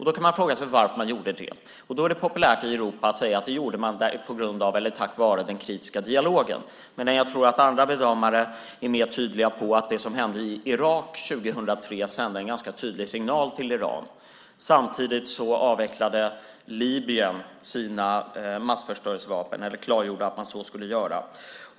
Då kan man fråga sig varför de gjorde det. Då är det populärt i Europa att säga att det gjorde de tack vare den kritiska dialogen. Men jag tror att andra bedömare är mer tydliga med att det som hände i Irak 2003 sände en ganska tydlig signal till Iran. Samtidigt avvecklade Libyen sina massförstörelsevapen eller klargjorde att man så skulle göra.